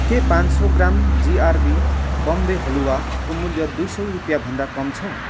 के पाँच सौ ग्राम जिआरबी बम्बे हलुवाको मूल्य दुई सौ रुपियाँभन्दा कम छ